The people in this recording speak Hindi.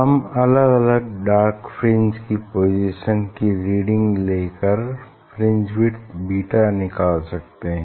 हम अलग अलग डार्क फ्रिंज की पोजीशन की रीडिंग लेकर फ्रिंज विड्थ बीटा निकल सकते हैं